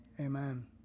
Amen